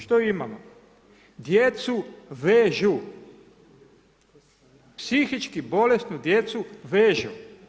Što imamo, djecu vežu, psihički bolesnu djecu vežu.